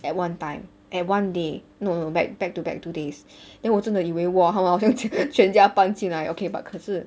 at one time at one day no no back back to back two days then 我真的以为 !wah! 好好全家搬进来 okay but 可是